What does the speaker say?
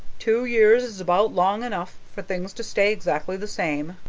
two years is about long enough for things to stay exactly the same.